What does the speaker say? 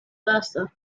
versa